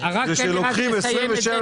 כדי שאם חס וחלילה